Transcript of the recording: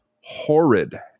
horrid